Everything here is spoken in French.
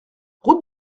route